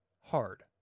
hard